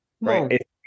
right